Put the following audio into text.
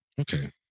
Okay